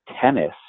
tennis